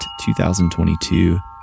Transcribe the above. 2022